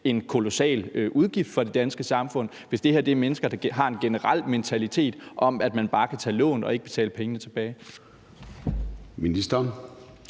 en kolossal udgift for det danske samfund, hvis det her er mennesker, der generelt har en mentalitet med, at man bare kan tage lån og ikke betale pengene tilbage.